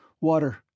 Water